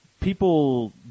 people